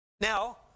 Now